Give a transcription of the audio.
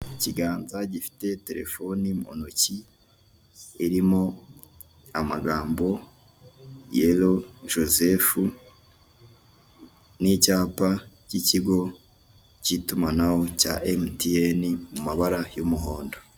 Ikiganza gifite telefoni mu ntoki irimo amagambo yelo jozefu, n'icyapa cy'ikigo cy'itumanaho cya emutiyeni mumabara y'umuhondo.